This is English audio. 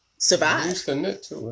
survive